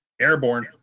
airborne